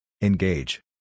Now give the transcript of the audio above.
Engage